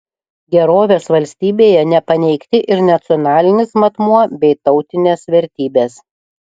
gerovės valstybėje nepaneigti ir nacionalinis matmuo bei tautinės vertybės